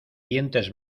dientes